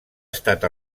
estat